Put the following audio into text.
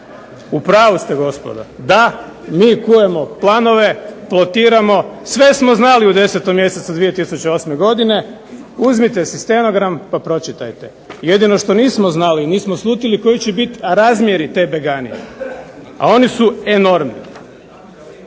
U pravu ste gospodo, da, mi kujemo planove, plotiramo, sve smo znali u 10. mjesecu 2008. godine, uzmite si stenogram pa pročitajte. Jedino što nismo znali, nismo slutili koji će biti razmjeri te beganije, a oni su enormni.